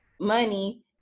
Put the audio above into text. money